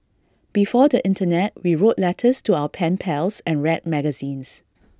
before the Internet we wrote letters to our pen pals and read magazines